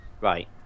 Right